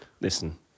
Listen